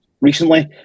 recently